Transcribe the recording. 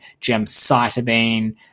gemcitabine